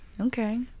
Okay